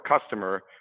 customer